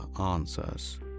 answers